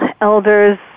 elders